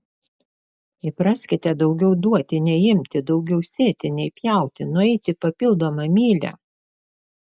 įpraskite daugiau duoti nei imti daugiau sėti nei pjauti nueiti papildomą mylią